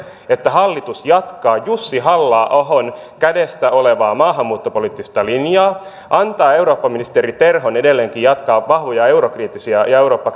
että hallitus jatkaa jussi halla ahon kädestä peräisin olevaa maahanmuuttopoliittista linjaa antaa eurooppaministeri terhon edelleenkin jatkaa vahvoja eurokriittisiä ja ja eurooppa